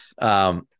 yes